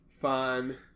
fun